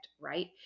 right